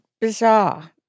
bizarre